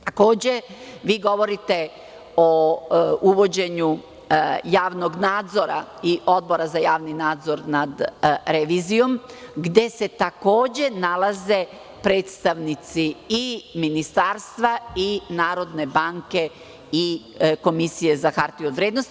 Takođe, vi govorite o uvođenju javnog nadzora i Odbora za javni nadzor nad revizijom gde se takođe nalaze predstavnici i ministarstva i NBS i Komisije za hartije od vrednosti.